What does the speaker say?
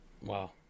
wow